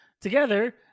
Together